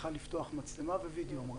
צריכה לפתוח מצלמה ווידאו.